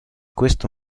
questo